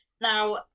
now